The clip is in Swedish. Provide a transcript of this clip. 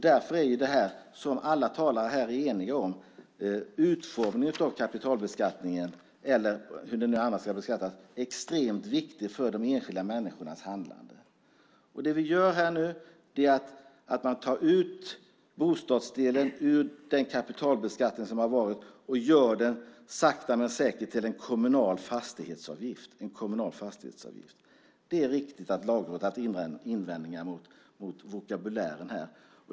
Därför är utformningen av kapitalbeskattningen - eller hur det nu annars ska beskattas - extremt viktig för de enskilda människornas handlande, vilket alla talare här är eniga om. Nu tar vi ut bostadsdelen ur den kapitalbeskattning som har varit och gör den sakta men säkert till en kommunal fastighetsavgift. Det är riktigt att Lagrådet har haft invändningar mot vokabulären.